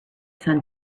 sun